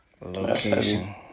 location